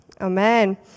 amen